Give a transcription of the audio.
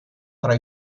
tra